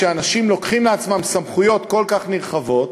כשאנשים לוקחים לעצמם סמכויות כל כך נרחבות,